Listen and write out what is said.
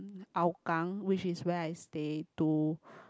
Hougang which is where I stay to